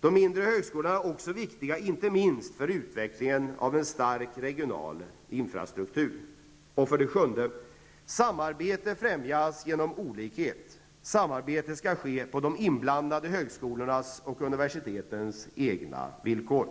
De mindre högskolorna är också viktiga inte minst för utvecklingen av en stark regional infrastruktur. 7. Samarbete främjas genom olikhet. Samarbetet skall ske på de inblandade högskolornas och universitetens egna villkor.